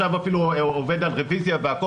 להיפך, התקן עובד על רביזיה והכול.